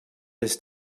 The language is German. dass